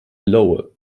lowe